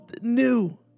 new